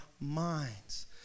minds